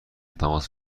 تماس